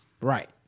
Right